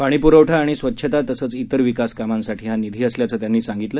पाणीपुरवठा आणि स्वच्छता तसंच त्रिर विकासकामांसाठी हा निधी असल्याचं त्यांनी सांगितलं